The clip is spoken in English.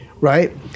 right